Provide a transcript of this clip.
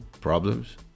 Problems